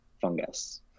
fungus